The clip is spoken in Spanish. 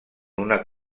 una